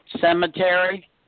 cemetery